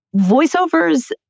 voiceovers